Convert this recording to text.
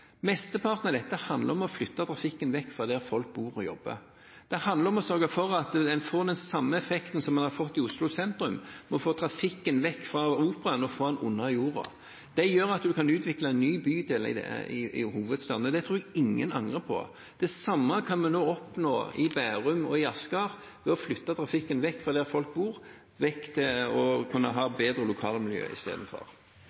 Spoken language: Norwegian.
Mesteparten av dette handler om å flytte trafikken vekk fra der folk bor og jobber. Det handler om å sørge for at en får den samme effekten som en har fått i Oslo sentrum ved å få trafikken vekk fra Operaen og under jorden. Det gjør at man kan utvikle en ny bydel i hovedstaden, og det tror jeg ingen angrer på. Det samme kan vi nå oppnå i Bærum og i Asker ved å flytte trafikken vekk fra der folk bor,